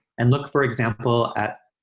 and look, for example, at